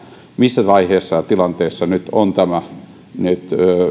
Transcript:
missä vaiheessa ja tilanteessa nyt on tämä